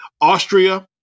Austria